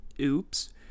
Oops